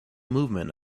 movement